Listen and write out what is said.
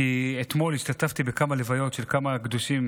כי אתמול השתתפתי בכמה לוויות של כמה קדושים